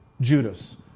Judas